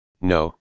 no